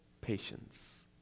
patience